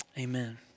Amen